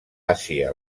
àsia